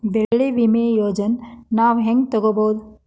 ಬೆಳಿ ವಿಮೆ ಯೋಜನೆನ ನಾವ್ ಹೆಂಗ್ ತೊಗೊಬೋದ್?